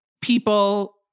people